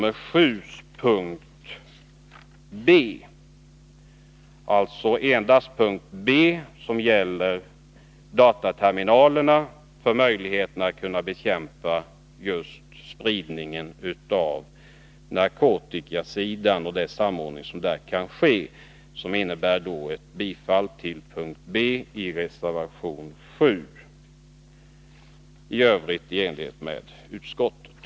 Mitt yrkande avser alltså reservationens yrkande b, som gäller dataterminaler vid tullverket för att öka möjligheterna att bekämpa spridningen av narkotika. I övrigt kan jag ansluta mig till utskottets hemställan och som mångårig motionär understryka vikten av att lördagsstängningen av systembutikerna nu förverkligas.